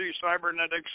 cybernetics